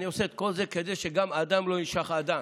אני עושה את כל זה כדי שגם אדם לא יינשך אדם.